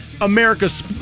America's